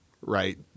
right